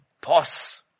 boss